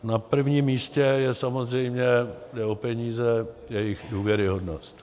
Na prvním místě je samozřejmě, jde o peníze, jejich důvěryhodnost.